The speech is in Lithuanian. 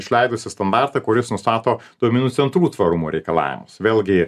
išleidusi standartą kuris nustato duomenų centrų tvarumo reikalavimus vėlgi